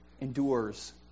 Endures